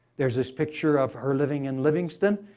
there's this picture of her living in livingston.